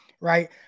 right